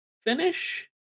finish